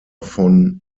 von